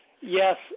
Yes